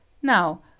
now,